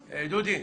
תרומה.